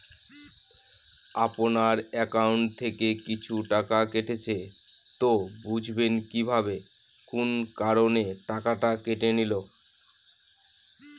আপনার একাউন্ট থেকে কিছু টাকা কেটেছে তো বুঝবেন কিভাবে কোন কারণে টাকাটা কেটে নিল?